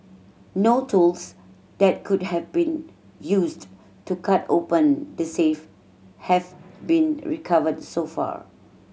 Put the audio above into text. no tools that could have been used to cut open the safe have been recovered so far